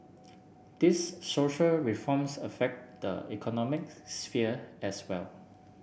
these social reforms affect the economic sphere as well